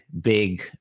big